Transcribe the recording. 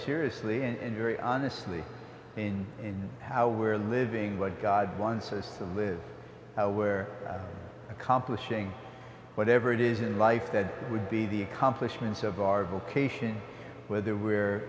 very honestly in how we're living what god wants us to live where accomplishing whatever it is in life that would be the accomplishments of our vocation whether we're